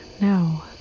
No